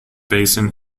basin